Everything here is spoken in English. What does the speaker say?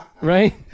Right